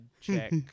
check